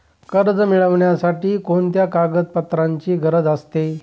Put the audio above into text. कर्ज मिळविण्यासाठी कोणत्या कागदपत्रांची गरज असते?